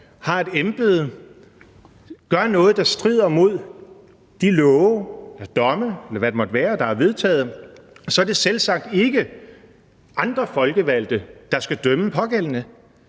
har et embede, gør noget, der strider imod de love eller domme, eller hvad det måtte være, der er vedtaget, er det selvsagt ikke andre folkevalgte, der skal dømme pågældende,